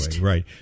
Right